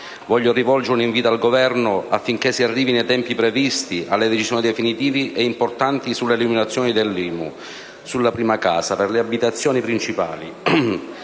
Voglio rivolgere un invito al Governo affinché si arrivi nei tempi previsti alle decisioni definitive e importanti sulla eliminazione dell'IMU sulla prima casa per le abitazioni principali